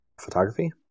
photography